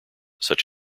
such